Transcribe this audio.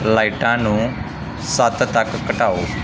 ਲਾਈਟਾਂ ਨੂੰ ਸੱਤ ਤੱਕ ਘਟਾਓ